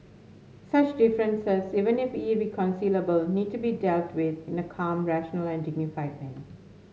such differences even if irreconcilable need to be dealt with in a calm rational and dignified manner